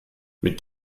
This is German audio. mit